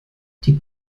die